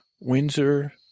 Windsor